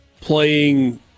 playing